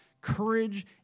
Courage